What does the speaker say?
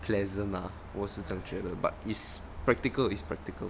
pleasant ah 我是这样觉得 but is practical is practical